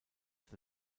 the